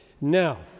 Now